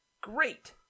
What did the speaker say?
Great